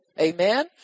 Amen